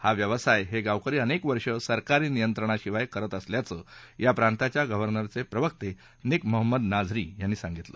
हा व्यवसाय हे गावकरी अनेक वर्ष सरकारी नियंत्रणाशिवाय करत असल्याचं या प्रातांच्या गव्हर्नरचे प्रवक्ते निक मोहम्मद नाझरी यांनी सांगितलं